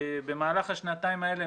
במהלך השנתיים האלה,